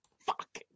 Fuck